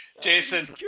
Jason